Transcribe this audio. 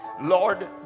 Lord